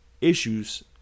Issues